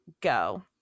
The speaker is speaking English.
go